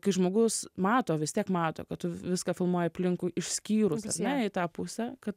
kai žmogus mato vis tiek mato kad tu viską filmuoji aplinkui išskyrus ar ne į tą pusę kad